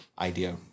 idea